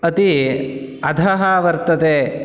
अति अधः वर्तते